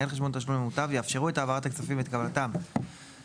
ומנהל חשבון תשלום למוטב יאפשרו את העברת הכספים ואת קבלתם כאמור